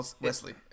Wesley